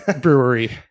brewery